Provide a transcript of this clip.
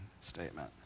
statement